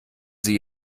sie